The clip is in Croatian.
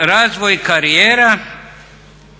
Razvoj karijera,